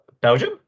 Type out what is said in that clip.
Belgium